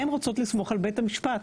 הן רוצות לסמוך על בית המשפט,